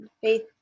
faith